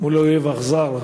מול אויב אכזר,